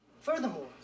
Furthermore